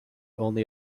only